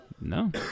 No